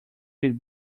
feed